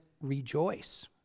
rejoice